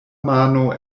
mano